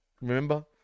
remember